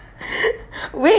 wait